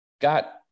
got